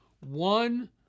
one